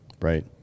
right